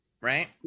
right